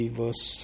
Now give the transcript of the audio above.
verse